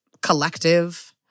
collective